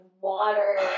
water